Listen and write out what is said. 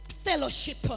Fellowship